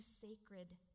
sacred